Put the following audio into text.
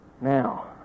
Now